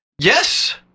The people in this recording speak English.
Yes